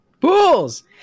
pools